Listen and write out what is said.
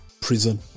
prison